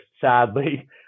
sadly